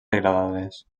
degradades